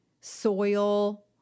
soil